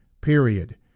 period